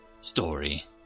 story